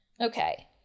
Okay